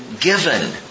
given